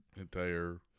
entire